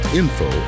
info